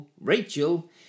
Rachel